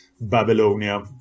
Babylonia